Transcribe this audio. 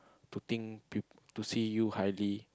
to think to see you highly